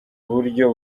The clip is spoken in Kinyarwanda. buryo